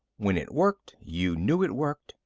when it worked, you knew it worked.